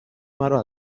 مرا